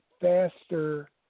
faster